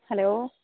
hello